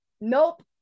nope